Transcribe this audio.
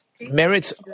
merits